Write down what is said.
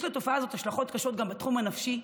יש לתופעה הזאת השלכות קשות גם בתחום הנפשי.